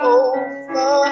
over